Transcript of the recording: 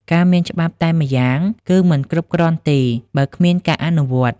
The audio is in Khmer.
ការមានច្បាប់តែម្យ៉ាងគឺមិនគ្រប់គ្រាន់ទេ បើគ្មានការអនុវត្ត។